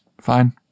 Fine